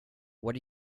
what